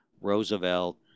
Roosevelt